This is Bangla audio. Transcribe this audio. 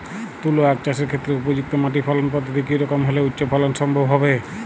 তুলো আঁখ চাষের ক্ষেত্রে উপযুক্ত মাটি ফলন পদ্ধতি কী রকম হলে উচ্চ ফলন সম্ভব হবে?